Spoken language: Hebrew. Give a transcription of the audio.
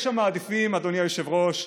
יש המעדיפים, אדוני היושב-ראש,